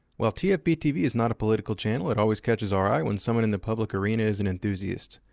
while tfbtv is not a political channel, it always catches our eye when someone in the public arena is an enthusiast.